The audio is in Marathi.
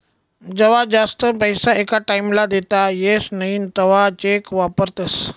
जवा जास्त पैसा एका टाईम ला देता येस नई तवा चेक वापरतस